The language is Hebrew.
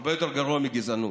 הרבה יותר גרוע מגזענות.